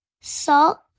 salt